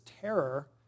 terror